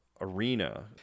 arena